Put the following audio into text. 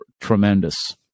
tremendous